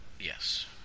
Yes